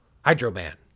Hydro-Man